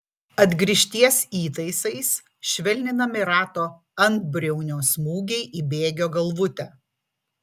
atgrįžties įtaisais švelninami rato antbriaunio smūgiai į bėgio galvutę